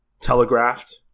telegraphed